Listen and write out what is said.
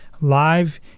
Live